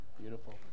Beautiful